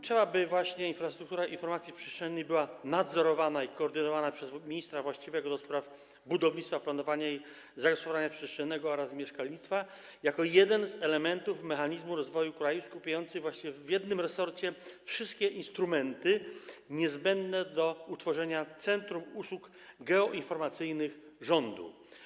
Trzeba, by infrastruktura informacji przestrzennej była nadzorowana i koordynowana przez ministra właściwego do spraw budownictwa, planowania i zagospodarowania przestrzennego oraz mieszkalnictwa jako jeden z elementów mechanizmu rozwoju kraju skupiający w jednym resorcie wszystkie instrumenty niezbędne do utworzenia centrum usług geoinformacyjnych rządu.